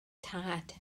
tad